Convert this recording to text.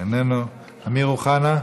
איננו, אמיר אוחנה,